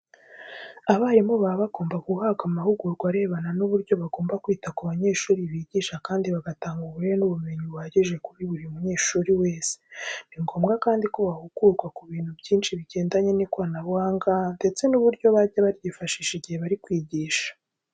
Abarimu baba bagomba guhabwa amahugurwa arebana n'uburyo bagomba kwita ku banyeshuri bigisha kandi bagatanga uburere n'ubumenyi buhagije kuri buri munyeshuri wese. Ni ngombwa kandi ko bahugurwa ku bintu byinshi bigendanye n'ikoranabuhanga ndetse n'uburyo bajya baryifashisha igihe abari kwigisha.